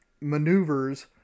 maneuvers